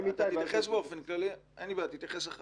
אין לי בעיה.